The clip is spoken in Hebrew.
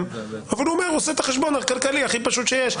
אבל הוא עושה את החשבון הכלכלי הכי פשוט שיש.